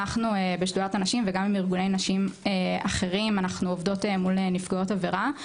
אנחנו בשדולת הנשים וגם עם ארגוני נשים אחרים עובדות מול נפגעות עבירה.